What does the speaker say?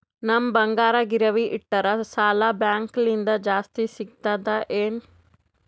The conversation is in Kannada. ನಮ್ ಬಂಗಾರ ಗಿರವಿ ಇಟ್ಟರ ಸಾಲ ಬ್ಯಾಂಕ ಲಿಂದ ಜಾಸ್ತಿ ಸಿಗ್ತದಾ ಏನ್?